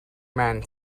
man